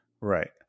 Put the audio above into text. Right